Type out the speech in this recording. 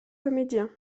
comédien